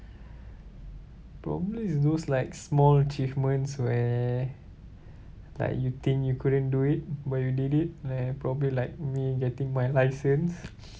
probably is those like small achievements where like you think you couldn't do it but you did this eh probably like me getting my license